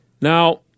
Now